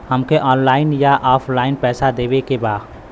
हमके ऑनलाइन या ऑफलाइन पैसा देवे के बा?